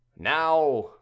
now